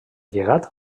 llegat